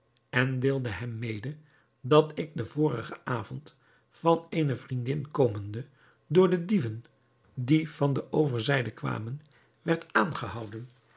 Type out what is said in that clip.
en deelde hem mede dat ik den vorigen avond van eene vriendin komende door de dieven die van de overzijde kwamen werd aangehouden